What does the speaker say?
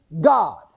God